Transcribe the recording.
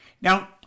Now